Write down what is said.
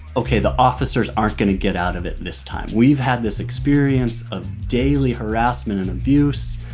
okay, the officers aren't gonna get out of it this time. we've had this experience of daily harassment and abuse,